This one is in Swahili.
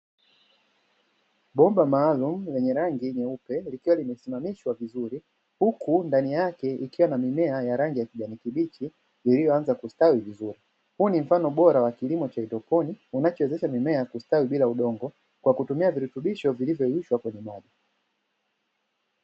Bomba maalumu lenye rangi nyeupe likiwa limesimamishwa vizuri, huku ndani yake likiwa na mimea ya kijani kibichi iliyoanza kustawi vizuri, huu ni mfano bora wa kilimo cha haidroponi kinachowezesha mimea kustawi bila udongo kwa kutumia virutubisho vilivyoyeyushwa kwenye maji.